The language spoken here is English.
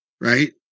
right